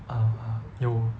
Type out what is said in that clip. err 有